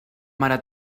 mare